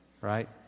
right